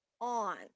on